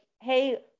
Hey